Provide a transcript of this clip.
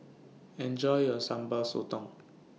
Enjoy your Sambal Sotong